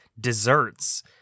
Desserts